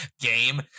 game